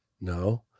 No